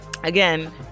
again